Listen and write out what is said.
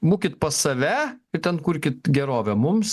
būkit pas save ir ten kurkit gerovę mums